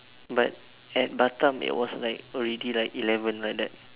but at Batam it was like already like eleven like that